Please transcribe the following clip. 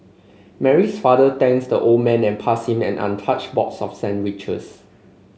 Mary's father thanks the old man and passed him an untouched box of sandwiches